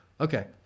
Okay